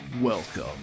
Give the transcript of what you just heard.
welcome